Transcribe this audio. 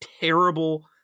terrible